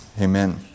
Amen